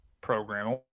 program